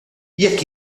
jekk